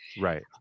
right